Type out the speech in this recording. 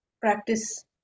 practice